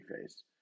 phase